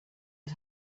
had